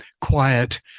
quiet